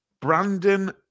Brandon